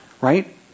right